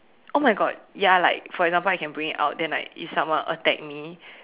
oh my God ya like for example I can bring it out if someone attack me